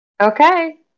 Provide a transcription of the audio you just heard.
Okay